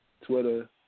Twitter